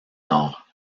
nord